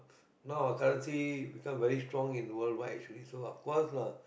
now out currency very strong in worldwide so of course lah